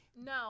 No